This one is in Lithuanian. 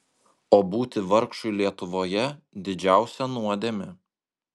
o būti vargšui lietuvoje didžiausia nuodėmė